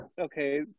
okay